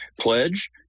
pledge